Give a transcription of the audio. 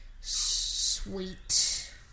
sweet